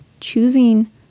choosing